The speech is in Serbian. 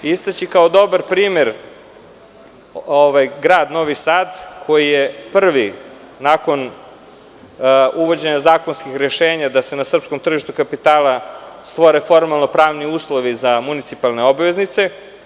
Istaći ću kao dobar primer grad Novi Sad koji je prvi nakon uvođenja zakonskih rešenja da se na tržištu kapitala stvore formalno-pravni uslovi za municipalne obveznice.